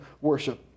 worship